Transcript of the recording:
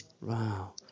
Wow